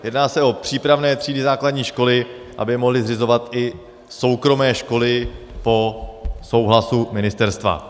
Jedná se o přípravné třídy základní školy, aby je mohly zřizovat i soukromé školy po souhlasu ministerstva.